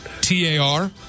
T-A-R